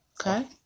Okay